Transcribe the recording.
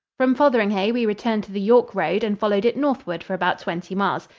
from fotheringhay we returned to the york road and followed it northward for about twenty miles.